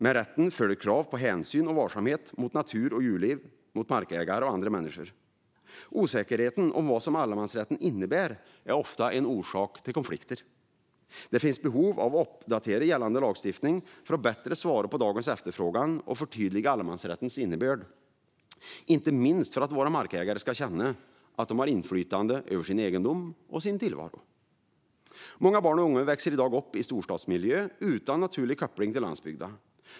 Med rätten följer krav på hänsyn och varsamhet mot natur och djurliv, mot markägare och mot andra människor. Osäkerheten om vad allemansrätten innebär är ofta en orsak till konflikter. Det finns behov av att uppdatera gällande lagstiftning för att bättre svara mot dagens efterfrågan och förtydliga allemansrättens innebörd, inte minst för att våra markägare ska känna att de har inflytande över sin egendom och sin tillvaro. Många barn och unga växer i dag upp i stadsmiljö utan naturlig koppling till landsbygden.